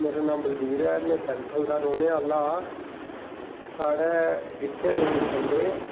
मेरा नांऽ बलबीर ऐ में पैंथल दा रौह्नें आह्ला आं साढ़े इत्थै लोक खंदे